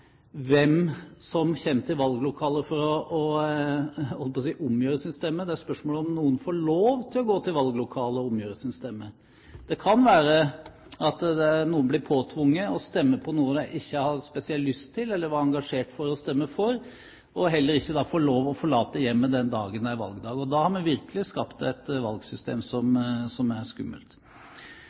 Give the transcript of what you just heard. hvem som kommer til valglokalet for å omgjøre sin stemme. Det er spørsmål om noen får lov til å gå til valglokalet og omgjøre sin stemme. Det kan være at noen blir påtvunget å stemme på noe de ikke har spesielt lyst til eller er engasjert i å stemme for, og heller ikke da får lov til å forlate hjemmet den dagen det er valgdag. Da har vi virkelig skapt et valgsystem som er skummelt.